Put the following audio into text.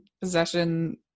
possession